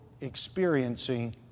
experiencing